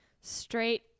straight